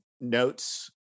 notes